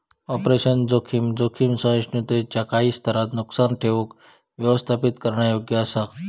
operational जोखीम, जोखीम सहिष्णुतेच्यो काही स्तरांत नुकसान ठेऊक व्यवस्थापित करण्यायोग्य असा